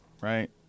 right